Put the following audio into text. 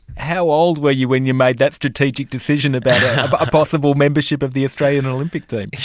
how old were you when you made that strategic decision about a possible membership of the australian olympic team?